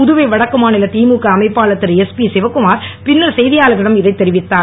புதுவை வடக்கு மாநில திமுக அமைப்பாளர் திரு எஸ்பி சிவக்குமார் பின்னர் செய்தியாளர்களிடம் இதைத் தெரிவித்தார்